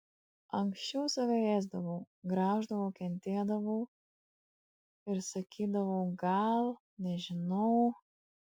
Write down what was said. anksčiau save ėsdavau grauždavau kentėdavau ir sakydavau gal nežinau